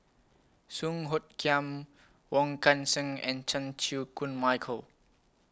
Song Hoot Kiam Wong Kan Seng and Chan Chew Koon Michael